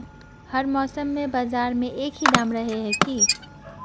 हर मौसम में बाजार में एक ही दाम रहे है की?